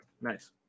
Nice